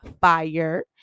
fire